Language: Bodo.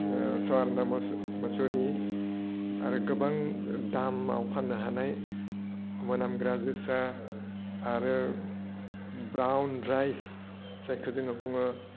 सवान दाम'स मुसुरि आरो गोबां दामाव फाननो हानाय मोनामग्रा जोसा आरो ब्राउन राइस जायखौ जोङो बुङो